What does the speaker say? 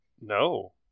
No